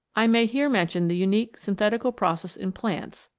i may here mention the unique synthetical process in plants,